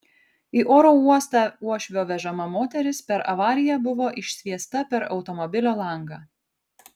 į oro uostą uošvio vežama moteris per avariją buvo išsviesta per automobilio langą